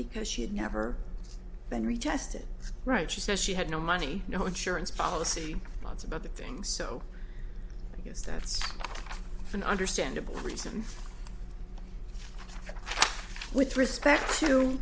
because she had never been retested right she says she had no money no insurance policy lots of other things so i guess that's an understandable reason with respect to